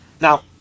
Now